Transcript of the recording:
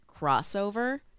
crossover